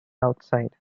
outside